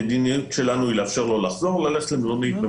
המדיניות שלנו היא לאפשר לו לחזור וללכת למלונית.